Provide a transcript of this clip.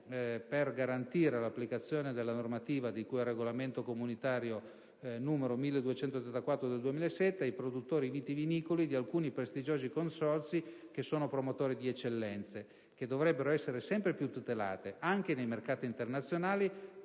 per garantire l'applicazione della normativa di cui al Regolamento comunitario n. 1234 del 2007, concernente i produttori vitivinicoli di alcuni prestigiosi consorzi, promotori di eccellenze, che dovrebbero essere sempre più tutelate anche nei mercati internazionali,